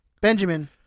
Benjamin